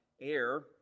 air